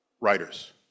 writers